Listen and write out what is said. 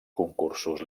concursos